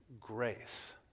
grace